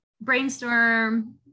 brainstorm